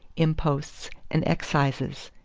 imposts, and excises.